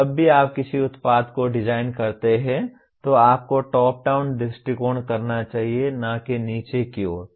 जब भी आप किसी उत्पाद को डिज़ाइन करते हैं तो आपको टॉप डाउन दृष्टिकोण करना चाहिए न कि नीचे की ओर